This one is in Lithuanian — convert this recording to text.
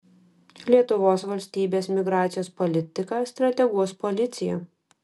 lietuvos valstybės migracijos politiką strateguos policija